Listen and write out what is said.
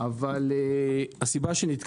אבל למה לוקח 13 שנה כדי שאנשים